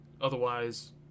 Otherwise